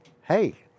Hey